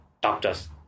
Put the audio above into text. doctors